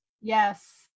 Yes